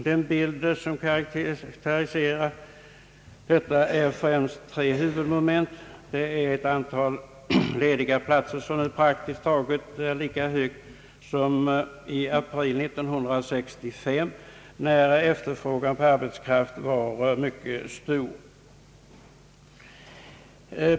Den bild som karaktäriserar detta innehåller främst tre huvudmoment. Antalet lediga platser är nu praktiskt taget lika högt som i april 1965, när efterfrågan på arbetskraft var mycket stor.